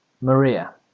Maria